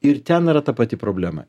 ir ten yra ta pati problema